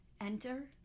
Enter